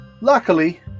Luckily